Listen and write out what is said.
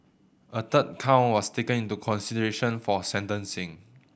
a third count was taken into consideration for sentencing